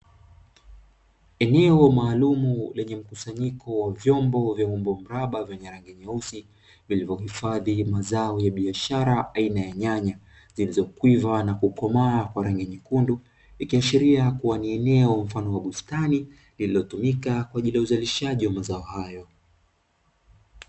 Eneo maalum lenye mkusanyiko wa vyombo vyenye umbo la mraba vilivyohifadhi mazao ya biashara aina ya nyanya zilizokuiva na kukomaa kwa rangi nyekundu, ikiashiria kuwa ni eneo mfano wa bustani iliyotumika kwa ajili ya uzalishaji wa mazao hayo.